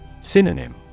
Synonym